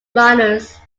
runners